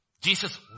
Jesus